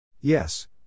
Yes